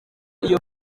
iyo